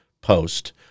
post